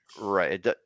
Right